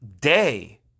day